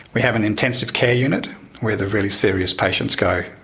we have an intensive care unit where the really serious patients go.